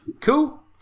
cool